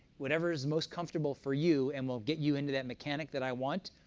whatever is most comfortable for you, and we'll get you into that mechanic that i want,